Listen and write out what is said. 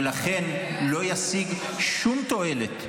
ולכן זה לא ישיג שום תועלת.